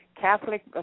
Catholic